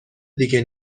دیگه